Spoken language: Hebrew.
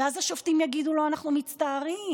ואז השופטים יגידו לו: אנחנו מצטערים,